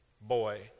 boy